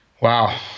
Wow